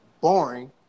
boring